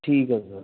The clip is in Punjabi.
ਠੀਕ ਆ ਸਰ